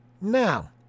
Now